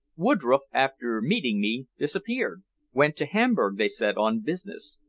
woodroffe, after meeting me, disappeared went to hamburg, they said, on business.